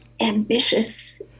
ambitious